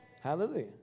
Hallelujah